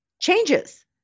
changes